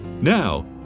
Now